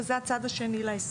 שזה הצד השני להסכם.